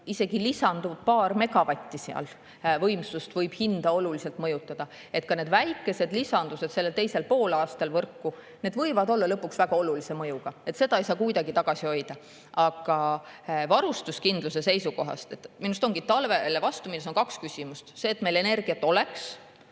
isegi lisanduvad paar megavatti võimsust hinda oluliselt mõjutada. Ka need väikesed lisandused võrku teisel poolaastal võivad olla lõpuks väga olulise mõjuga, seda ei saa kuidagi tagasi hoida. Aga varustuskindluse seisukohast ongi minu arust talvele vastu minnes kaks küsimust: see, et meil energiat oleks,